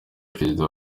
perezida